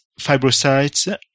fibrocytes